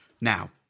now